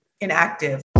inactive